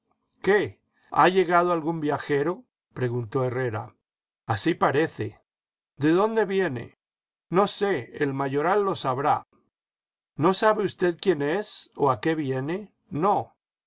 qué ha llegado algún viajero preguntó herrera así parece de dónde viene no sé el mayoral lo sabrá no sabe usted quién es o a qué viene no